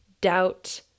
doubt